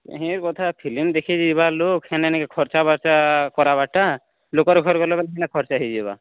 କେହିର କଥା ଫିଲ୍ମ୍ ଦେଖି ଯିବାର ଲୋକ ହେନେ ନେଇକି ଖର୍ଚ୍ଚା ବାର୍ଚ୍ଚା କରାବାଟା ଲୋକର ଘର ବେଲେ ବୋଲି ସିନା ଖର୍ଚ୍ଚ ହୋଇଯିବା